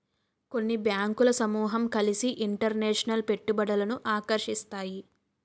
కొన్ని బ్యాంకులు సమూహం కలిసి ఇంటర్నేషనల్ పెట్టుబడులను ఆకర్షిస్తాయి